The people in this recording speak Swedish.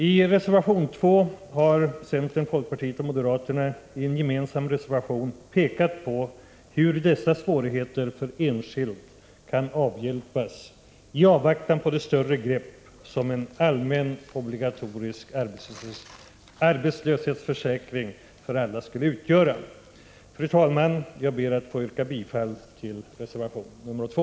I reservation 2 har centern, folkpartiet och moderaterna gemensamt pekat på hur dessa svårigheter för enskild kan avhjälpas i avvaktan på det större grepp som en allmän obligatorisk arbetslöshetsförsäkring för alla skulle utgöra. Fru talman! Jag ber att få yrka bifall till reservation nr 2.